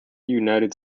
united